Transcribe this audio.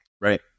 right